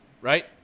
Right